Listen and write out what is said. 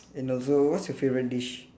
and also what's your favorite dish